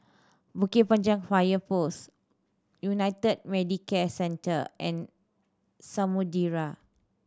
Bukit Panjang Fire Post United Medicare Centre and Samudera